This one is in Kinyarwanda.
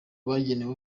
bagenewe